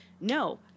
no